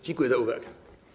Dziękuję za uwagę.